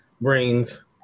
brains